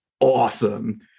awesome